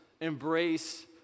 embrace